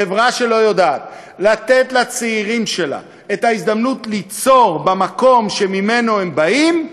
חברה שלא יודעת לתת לצעירים שלה את ההזדמנות ליצור במקום שממנו הם באים,